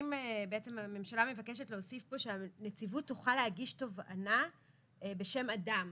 והממשלה מבקשת להוסיף פה שהנציבות תוכל להגיש תובענה בשם אדם